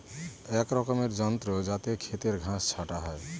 এক রকমের যন্ত্র যাতে খেতের ঘাস ছাটা হয়